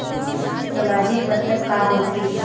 सामाजिक मतलब का होथे?